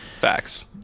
Facts